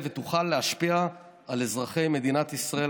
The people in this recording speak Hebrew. ותוכל להשפיע על אזרחי מדינת ישראל,